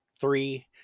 three